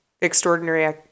extraordinary